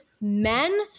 men